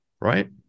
Right